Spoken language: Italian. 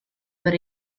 per